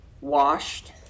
washed